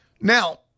Now